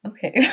Okay